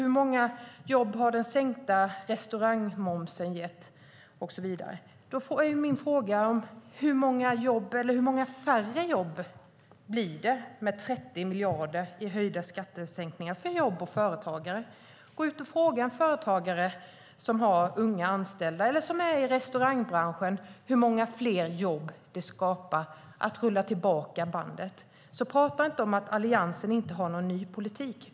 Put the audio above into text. Hur många jobb har den sänkta restaurangmomsen gett och så vidare? Då är min fråga: Hur många färre jobb blir det med 30 miljarder i höjda skatter? Gå ut och fråga en företagare som har unga anställda eller som är i restaurangbranschen hur många fler jobb det skapar att rulla tillbaka bandet. Prata inte om att Alliansen inte har någon ny politik.